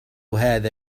هذا